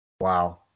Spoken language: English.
Wow